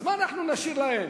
אז מה אנחנו נשיר להם?